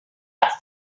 have